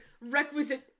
requisite